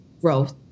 growth